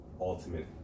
ultimate